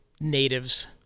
natives